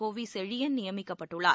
கோவிசெழியன் நியமிக்கப்பட்டுள்ளார்